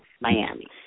Miami